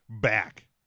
back